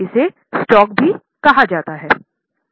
इसे स्टॉक भी कहा जाता है